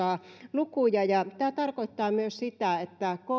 lukuja ja tämä tarkoittaa myös sitä että kyseessä oleva